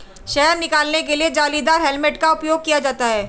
शहद निकालने के लिए जालीदार हेलमेट का उपयोग किया जाता है